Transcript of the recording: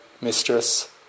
mistress